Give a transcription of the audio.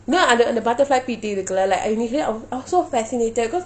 you know அந்த:antha butterfly pea tea இருக்கு:irukku like I was so fascinated because